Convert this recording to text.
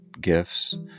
gifts